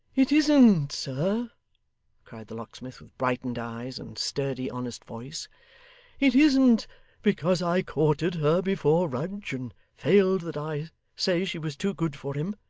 it isn't, sir cried the locksmith with brightened eyes, and sturdy, honest voice it isn't because i courted her before rudge, and failed, that i say she was too good for him.